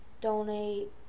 donate